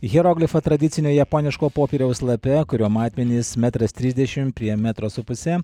hieroglifą tradicinio japoniško popieriaus lape kurio matmenys metras trisdešim prie metro su puse